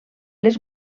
les